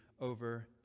over